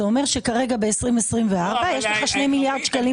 זה אומר שכרגע ב-2024 יש לך שני מיליארד שקלים.